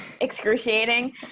excruciating